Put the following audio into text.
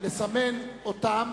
לסמן אותם,